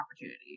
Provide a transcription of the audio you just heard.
opportunity